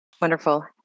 Wonderful